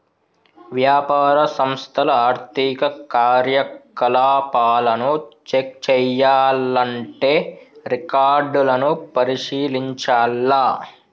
వ్యాపార సంస్థల ఆర్థిక కార్యకలాపాలను చెక్ చేయాల్లంటే రికార్డులను పరిశీలించాల్ల